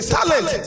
talent